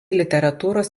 literatūros